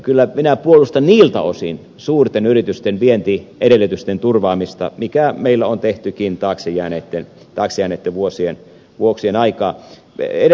kyllä minä puolustan niiltä osin suurten yritysten vientiedellytysten turvaamista mitä meillä on tehtykin taakse jääneitten vuosien aikaan